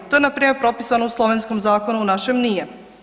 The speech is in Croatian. To je npr. propisano u slovenskom zakonu, u našem nije.